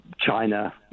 China